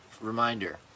reminder